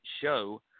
show